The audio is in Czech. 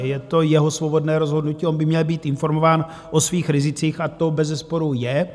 Je to jeho svobodné rozhodnutí, on by měl být informován o svých rizicích, a to bezesporu je.